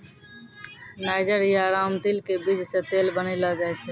niger या रामतिल के बीज सॅ तेल बनैलो जाय छै